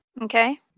Okay